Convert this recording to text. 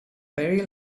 very